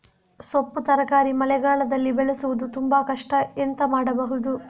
ಸೊಪ್ಪು ತರಕಾರಿ ಮಳೆಗಾಲದಲ್ಲಿ ಬೆಳೆಸುವುದು ತುಂಬಾ ಕಷ್ಟ ಎಂತ ಮಾಡಬಹುದು?